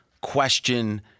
question